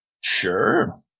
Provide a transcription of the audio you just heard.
Sure